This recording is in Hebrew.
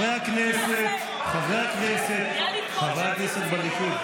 איזה בושה אתם.